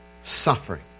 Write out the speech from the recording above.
suffering